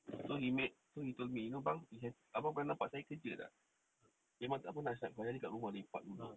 so he made so he told me you know abang abang pernah nampak saya kerja tak memang tak pernah saya hari-hari kat rumah lepak